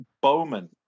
Bowman